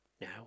Now